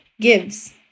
gives